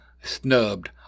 snubbed